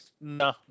No